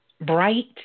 bright